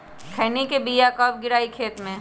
खैनी के बिया कब गिराइये खेत मे?